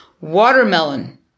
watermelon